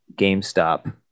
GameStop